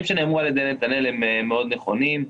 שנאמרו על ידי נתנאל הם מאוד נכונים,